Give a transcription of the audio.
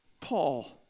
Paul